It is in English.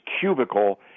cubicle